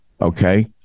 okay